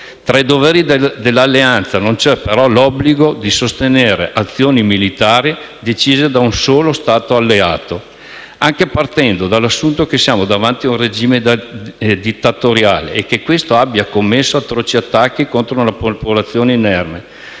Tra i doveri dell'Alleanza, non c'è però l'obbligo di sostenere azioni militari decise da un solo Stato alleato. Anche partendo dall'assunto che siamo davanti a un regime dittatoriale e che questo abbia commesso atroci attacchi contro una popolazione inerme,